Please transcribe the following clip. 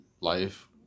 life